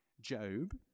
Job